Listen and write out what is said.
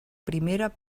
primera